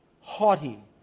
haughty